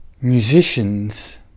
musicians